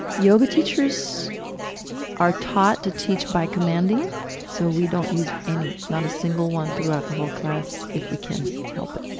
yoga teachers are taught to teach by commanding so we don't use any, not a single one throughout the whole class if we can help it.